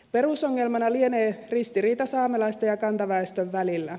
perusongelmana lienee ristiriita saamelaisten ja kantaväestön välillä